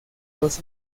dos